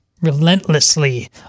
relentlessly